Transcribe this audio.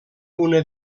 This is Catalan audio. una